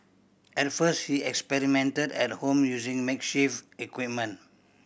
at first he experimented at home using makeshift equipment